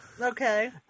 Okay